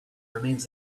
remains